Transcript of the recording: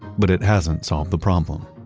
but it hasn't solved the problem.